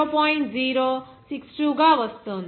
062 గా వస్తోంది